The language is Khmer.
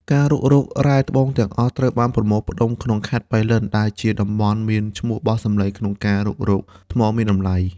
ការរុករករ៉ែត្បូងទាំងអស់ត្រូវបានប្រមូលផ្តុំក្នុងខេត្តប៉ៃលិន ដែលជាតំបន់មានឈ្មោះបោះសម្លេងក្នុងការរុករកថ្មមានតម្លៃ។